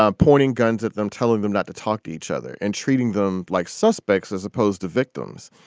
um pointing guns at them, telling them not to talk to each other and treating them like suspects as opposed to victims.